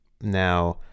Now